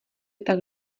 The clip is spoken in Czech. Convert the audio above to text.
tak